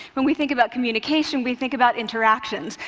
when we think about communication, we think about interactions.